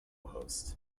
host